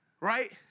Right